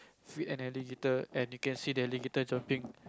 feed an alligator and you can see the alligator jumping